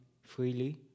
freely